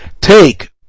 take